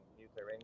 nuclear